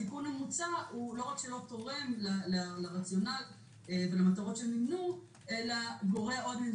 התיקון המוצע לא רק שלא תורם לרציונל ולמטרות שנמנו אלא גורע עוד.